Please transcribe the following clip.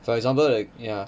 for example the ya